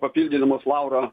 papildydamas laurą